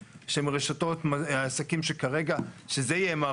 שקית חד פעמיות שהן בין 20 ל-50 מיקרון,